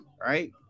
right